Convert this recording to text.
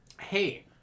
hey